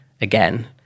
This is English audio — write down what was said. again